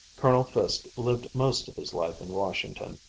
colonel fiske lived most of his life in washington,